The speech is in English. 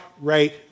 right